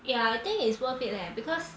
ya I think it's worth it leh because